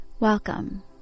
welcome